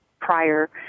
prior